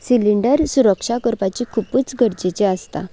cylinder सुरक्षा करपाची खुबूच गरजेची आसता